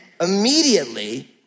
immediately